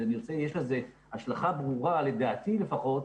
יש לזה השלכה ברורה, לדעתי לפחות,